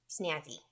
snazzy